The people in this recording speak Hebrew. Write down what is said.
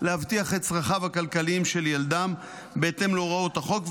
להבטיח את צרכיו הכלכליים של ילדם בהתאם להוראות החוק,